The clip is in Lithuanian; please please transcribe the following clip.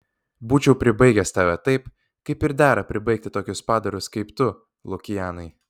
būčiau pribaigęs tave taip kaip ir dera pribaigti tokius padarus kaip tu lukianai